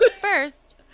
first